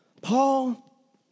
Paul